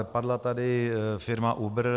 Padla tady firma Uber.